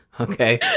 Okay